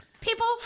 People